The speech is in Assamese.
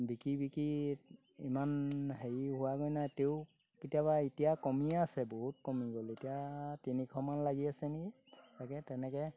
বিকি বিকি ইমান হেৰি হোৱাগৈ নাই তেও কেতিয়াবা এতিয়া কমিয়ে আছে বহুত কমি গ'ল এতিয়া তিনিশমান লাগি আছে নেকি তাকে তেনেকৈ